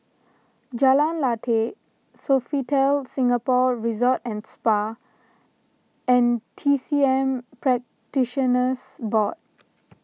Jalan Lateh Sofitel Singapore Resort and Spa and T C M Practitioners Board